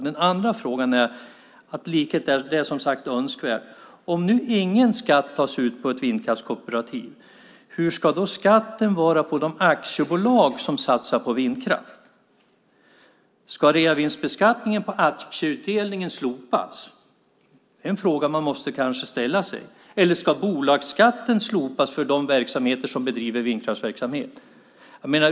Den andra frågan är: Om ingen skatt tas ut på ett vindkraftskooperativ, hur ska då skatten vara på de aktiebolag som satsar på vindkraft? Ska reavinstbeskattningen på aktieutdelningen slopas? Det är en fråga man måste ställa sig. Eller ska bolagsskatten slopas för de verksamheter som bedriver vindkraftsverksamhet?